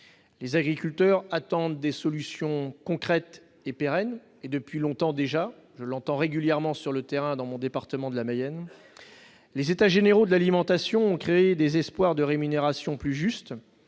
travail. Ils attendent des solutions concrètes et pérennes depuis longtemps déjà- je l'entends régulièrement sur le terrain dans mon département, la Mayenne. Les États généraux de l'alimentation ont créé des espoirs de rémunérations plus justes.